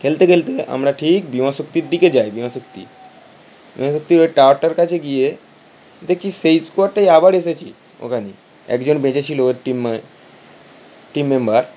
খেলতে খেলতে আমরা ঠিক বিমা শক্তির দিকে যাই বিমা শক্তি বিমা শক্তির ওই টাওয়ারটার কাছে গিয়ে দেখছি সেই স্কোয়াডটাই আবার এসেছে ওখানে একজন বেঁচে ছিলো ওর টিমে টিম মেম্বার